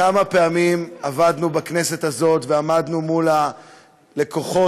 כמה פעמים עבדנו בכנסת הזאת ועמדנו מול הלקוחות,